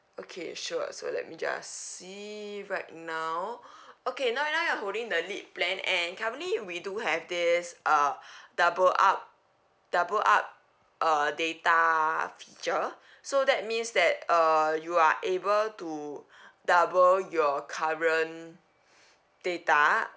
okay sure so let me just see right now okay now you're now you're holding the lead plan and currently we do have this uh double up double up uh data feature so that means that uh you are able to double your current data